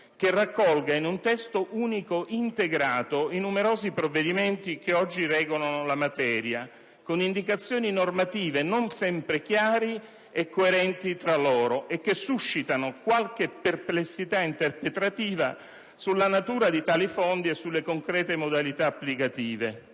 che raccolga in un testo unico integrato i numerosi provvedimenti, che oggi regolano la materia, con indicazioni normative non sempre chiare e coerenti tra loro e che suscitano qualche perplessità interpretativa sulla natura di tali fondi e sulle concrete modalità applicative».